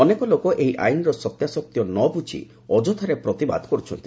ଅନେକ ଲୋକ ଏହି ଆଇନର ସତ୍ୟାସତ୍ୟ ନ ବୁଝି ଅଯଥାରେ ପ୍ରତିବାଦ କରୁଛନ୍ତି